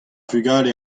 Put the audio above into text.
vugale